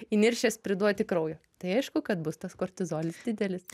įniršęs priduoti kraujo tai aišku kad bus tas kortizolis didelis